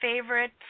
favorite